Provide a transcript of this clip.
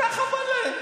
ככה בא להם.